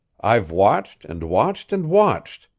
i've watched and watched and watched,